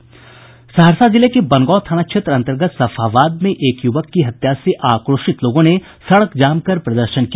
सहरसा जिले के वनगांव थाना क्षेत्र अन्तर्गत सफहाबाद मेंएक युवक की हत्या से आक्रोशित लोगों ने सड़क जाम कर प्रदर्शन किया